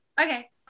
okay